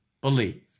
believed